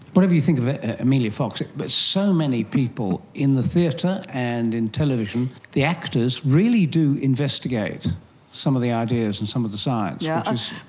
whatever you think of amelia fox, like but so many people in the theatre and in television, the actors really do investigate some of the ideas and some of the science, yeah which